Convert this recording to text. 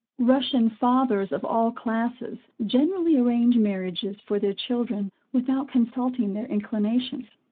russian fathers, of all classes, generally arrange marriages for their children, without consulting their inclinations.